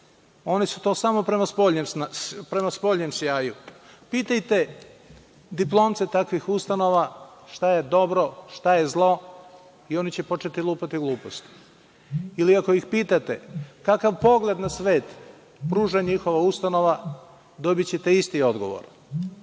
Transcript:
su to samo prema spoljnom sjaju. Pitajte diplomce takvih ustanova šta je dobro, šta je zlo i oni će početi lupati gluposti. Ako ih pitate kakav pogled na svet pruža njihova ustanova, dobićete isti odgovor.